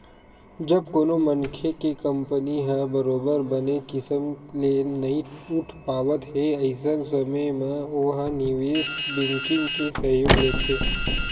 जब कोनो मनखे के कंपनी ह बरोबर बने किसम ले नइ उठ पावत हे अइसन समे म ओहा निवेस बेंकिग के सहयोग लेथे